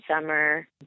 summer